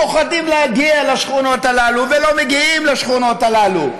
פוחדים להגיע לשכונות האלה ולא מגיעים לשכונות האלה.